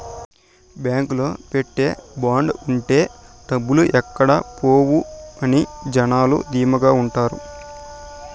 బాంకులో పెట్టే బాండ్ ఉంటే డబ్బులు ఎక్కడ పోవు అని జనాలు ధీమాగా ఉంటారు